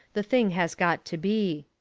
the thing has got to be.